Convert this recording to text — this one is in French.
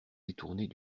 détourner